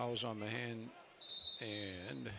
i was on the hand and